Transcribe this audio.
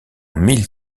mille